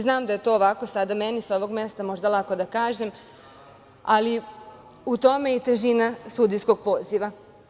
Znam da je to sada meni sa ovog mesta možda lako da kažem, ali u tome i jeste težina sudijskog poziva.